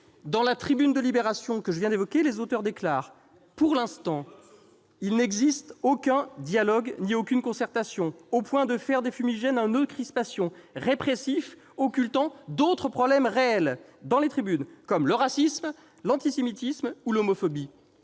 Dans la tribune de que je viens d'évoquer, ... De bonnes sources !... les auteurs déclarent :« Pour l'instant, il n'existe aucun dialogue ni aucune concertation, au point de faire des fumigènes un noeud de crispation répressif occultant d'autres problèmes réels dans les tribunes, comme le racisme, l'antisémitisme ou l'homophobie.